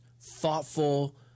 thoughtful